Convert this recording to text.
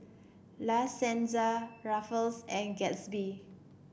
La Senza Ruffles and Gatsby